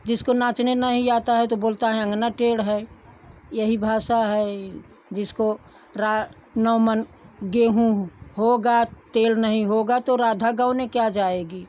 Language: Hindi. जिसको नाचने नहीं आता है तो बोलता है अंगना टेढ़ है यही भाषा है जिसको रा नौ मन गेहूं होगा तेल नहीं होगा तो राधा गौने क्या जाएगी